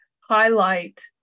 highlight